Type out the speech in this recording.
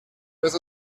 was